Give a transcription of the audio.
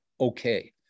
okay